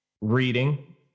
reading